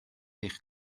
eich